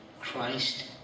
Christ